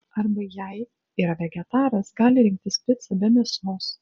arba jei yra vegetaras gali rinktis picą be mėsos